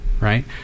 right